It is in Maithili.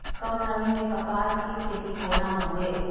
कम नमी मैं कपास के खेती कोना हुऐ?